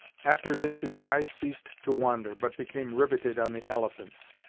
after this, his eyes ceased to wander, but became riveted on the elephants,